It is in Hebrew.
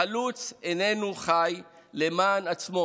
חלוץ איננו חי למען עצמו